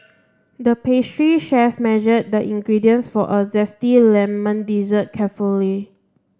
the pastry chef measured the ingredients for a zesty lemon dessert carefully